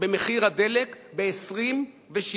במחיר הדלק עלה ב-27%.